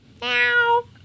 Meow